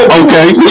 okay